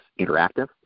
interactive